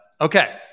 Okay